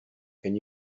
can